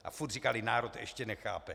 A furt říkali: národ ještě nechápe.